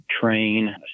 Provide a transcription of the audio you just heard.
train